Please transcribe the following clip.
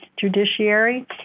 judiciary